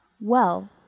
Well